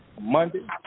Monday